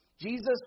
Jesus